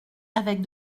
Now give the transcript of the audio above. avec